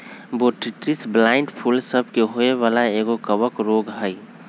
Botrytis blight फूल सभ के होय वला एगो कवक रोग हइ